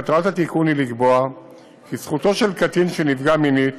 מטרת התיקון היא לקבוע כי זכותו של קטין שנפגע מינית